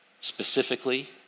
specifically